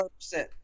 100%